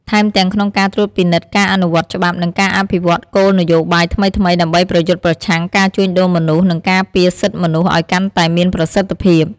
ថែមទាំងក្នុងការត្រួតពិនិត្យការអនុវត្តច្បាប់ និងការអភិវឌ្ឍគោលនយោបាយថ្មីៗ ដើម្បីប្រយុទ្ធប្រឆាំងការជួញដូរមនុស្ស និងការពារសិទ្ធិមនុស្សឲ្យកាន់តែមានប្រសិទ្ធភាព។